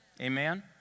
Amen